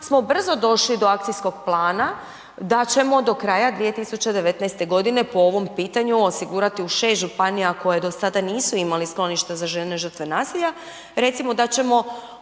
smo brzo došli do akcijskog plana da ćemo do kraja 2019. godine po ovom pitanju osigurati u 6 županija koje do sada nisu imali sklonište za žene žrtve nasilja recimo da ćemo